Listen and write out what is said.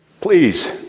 Please